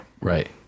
Right